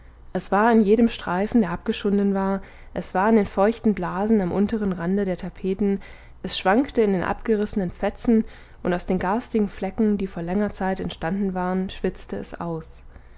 es war in jedem streifen der abgeschunden war es war in den feuchten blasen am unteren rande der tapeten es schwankte in den abgerissenen fetzen und aus den garstigen flecken die vor langer zeit entstanden waren schwitzte es aus